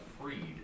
freed